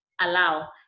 allow